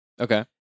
Okay